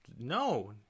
no